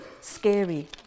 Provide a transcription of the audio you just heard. scary